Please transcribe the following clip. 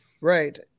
Right